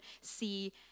see